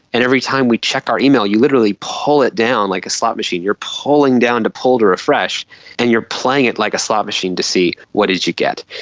and every time we check our email you literally pull it down like a slot machine, you are pulling down to pull to refresh and you are playing it like a slot machine to see what did you get.